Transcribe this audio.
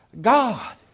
God